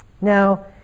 Now